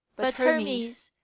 but hermes,